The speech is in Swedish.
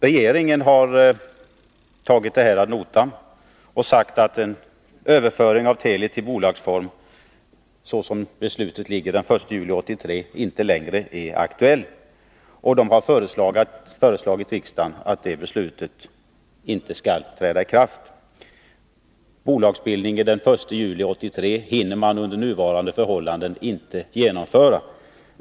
Regeringen har tagit det här ad notam och sagt att en överföring av Teli till bolagsform, såsom beslutet föreligger, den 1 juli 1983 inte längre är aktuellt och föreslagit riksdagen att det beslutet inte skall träda i kraft. Bolagsbildning den 1 juli 1983 hinner man under nuvarande förhållanden inte genomföra.